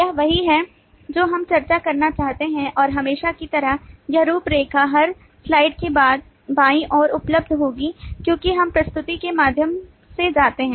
यह वही है जो हम चर्चा करना चाहते हैं और हमेशा की तरह यह रूपरेखा हर स्लाइड के बाईं ओर उपलब्ध होगी क्योंकि हम प्रस्तुति के माध्यम से जाते हैं